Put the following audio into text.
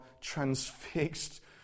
transfixed